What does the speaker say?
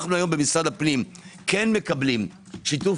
אנו היום במשרד הפנים כן מקבלים שיתוף